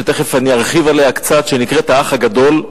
ותיכף אני ארחיב עליה קצת, שנקראת "האח הגדול",